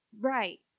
right